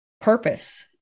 purpose